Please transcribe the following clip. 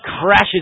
crashes